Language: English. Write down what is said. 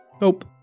Nope